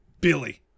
Billy